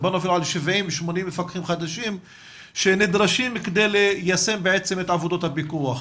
80-70 מפקחים חדשים שנדרשים כדי ליישם את עבודות הפיקוח.